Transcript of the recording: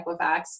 Equifax